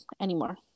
anymore